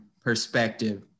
perspective